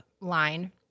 line